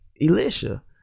Elisha